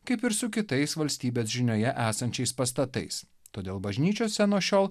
kaip ir su kitais valstybės žinioje esančiais pastatais todėl bažnyčiose nuo šiol